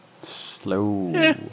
slow